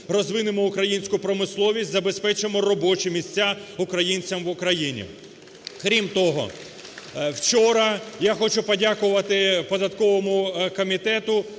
розвинемо українську промисловість, забезпечимо робочі місця українцям в Україні. (Оплески) Крім того, вчора – я хочу подякувати податковому комітету